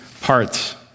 parts